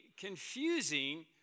confusing